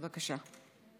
בבקשה.